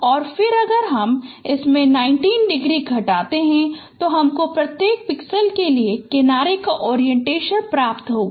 और फिर अगर हम इससे 90 डिग्री घटाते है तो हमको प्रत्येक पिक्सेल के लिए किनारे का ओरिएंटेशन प्राप्त होगा